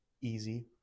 easy